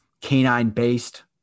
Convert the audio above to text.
canine-based